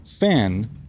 Fan